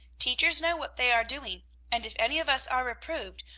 teachers know what they are doing and if any of us are reproved,